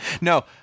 No